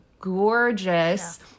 gorgeous